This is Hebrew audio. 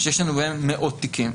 שיש לנו בהם מאות תיקים.